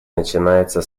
начинается